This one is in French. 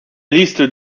liste